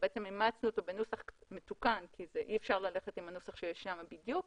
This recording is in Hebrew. בעצם אימצנו אותו בנוסח קצת מתוקן כי אי אפשר ללכת עם הנוסח שיש שם בדיוק,